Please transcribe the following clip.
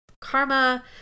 Karma